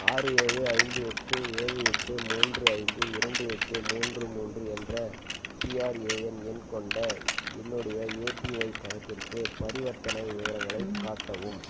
ஆறு ஏழு ஐந்து எட்டு ஏழு எட்டு மூன்று ஐந்து இரண்டு எட்டு மூன்று மூன்று என்ற பிஆர்ஏஎன் எண் கொண்ட என்னுடைய ஏபிஒய் கணக்கிற்கு பரிவர்த்தனை விவரங்களை காட்டவும்